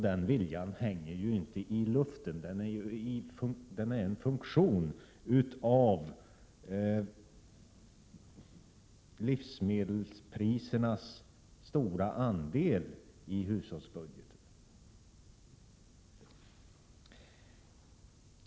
Den viljan hänger ju inte i luften — den är en funktion av livsmedelsprisernas stora andel i hushållsbudgeten.